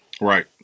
Right